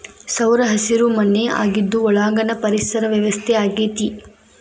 ಸೌರಹಸಿರು ಮನೆ ಆಗಿದ್ದು ಒಳಾಂಗಣ ಪರಿಸರ ವ್ಯವಸ್ಥೆ ಆಗೆತಿ